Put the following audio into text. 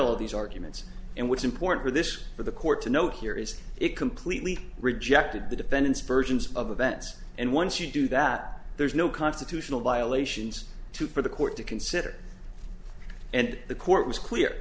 of these arguments and what's important for this for the court to note here is it completely rejected the defendant's versions of events and once you do that there's no constitutional violations to for the court to consider and the court was clear